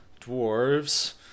Dwarves